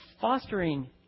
fostering